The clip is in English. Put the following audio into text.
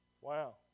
Wow